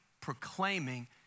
proclaiming